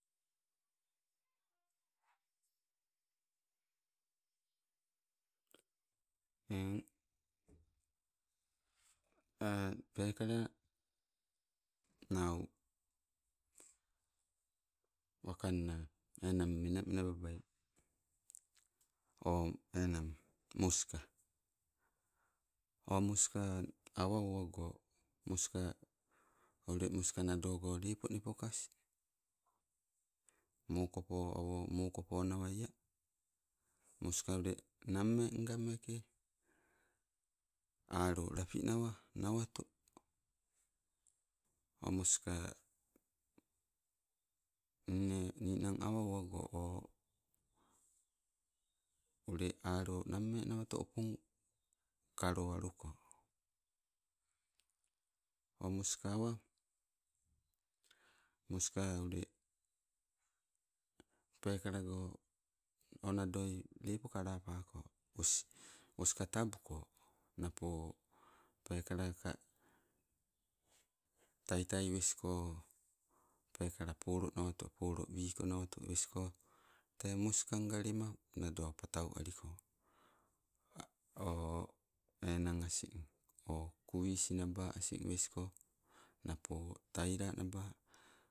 Eng peekala nau wakanna enang menamenababai, o enang moska. O moska, awa owago moska ule moska nado go lepo nepokas. Mokopo awo mokopa nawaia, moska ule, nammeenga meeke alolapinawa nawato. O moska nne ninang awa owago o ule alo nammee nawato opong, kalowaluko. O moska awa, moska ule pekalago, o nadoi lepo kalapako os, oskadapuko. Napo peekalaka, taitai wesko pekala polo nawato, polo wiko nawato wesko, tee moskanga lema nado patau aliko enang asing, o kuwis naba asing wesko, napo tailanaba.